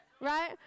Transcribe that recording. right